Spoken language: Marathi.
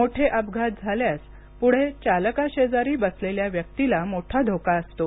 मोठे अपघात झाल्यास पुढे चालकाशेजारी बसलेल्या व्यक्तीला मोठा धोका असतो